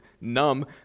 numb